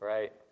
Right